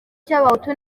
cy’abahutu